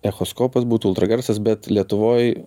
echoskopas būtų ultragarsas bet lietuvoj